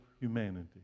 humanity